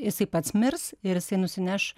jisai pats mirs ir jisai nusineš